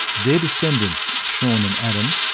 their descendents, sean and adam,